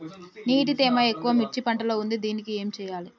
నీటి తేమ ఎక్కువ మిర్చి పంట లో ఉంది దీనికి ఏం చేయాలి?